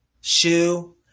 shoe